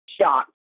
shocked